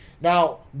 Now